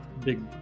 big